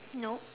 no